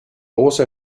also